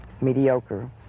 mediocre